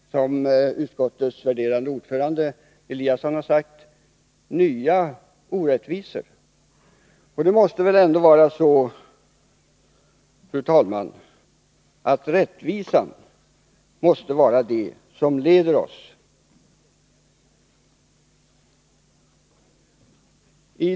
Som utskottets värderade ordförande Ingemar Eliasson har sagt skapar man då nya orättvisor. Det måste väl ändå vara så, fru talman, att rättvisan skall leda oss.